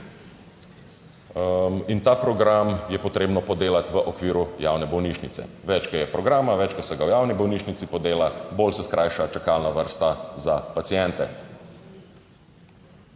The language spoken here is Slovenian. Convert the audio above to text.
in ta program je potrebno podelati v okviru javne bolnišnice. Več kot je programa, več ko se ga v javni bolnišnici podela, bolj se skrajša čakalna vrsta za paciente.